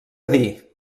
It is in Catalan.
dir